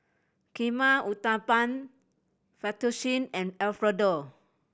Kheema Uthapam Fettuccine and Alfredo